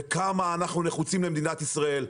וכמה אנחנו נחוצים למדינת ישראל,